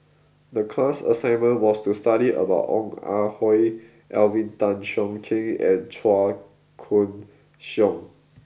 the class assignment was to study about Ong Ah Hoi Alvin Tan Cheong Kheng and Chua Koon Siong